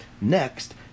Next